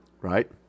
Right